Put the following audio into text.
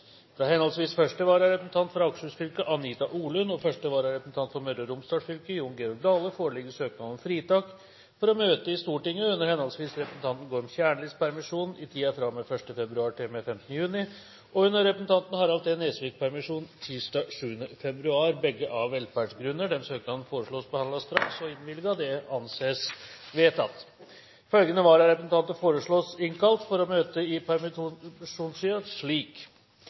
Fra henholdsvis første vararepresentant for Akershus fylke, Anita Orlund, og første vararepresentant for Møre og Romsdal fylke, Jon Georg Dale, foreligger søknader om fritak for å møte i Stortinget under henholdsvis representanten Gorm Kjernlis permisjon i tiden fra og med 1. februar til og med 15. juni, og under representanten Harald T. Nesviks permisjon tirsdag 7. februar – begge av velferdsgrunner. Etter forslag fra presidenten ble enstemmig besluttet: Disse søknadene behandles straks og innvilges Følgende vararepresentanter innkalles for å møte i